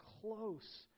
close